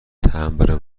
تمبر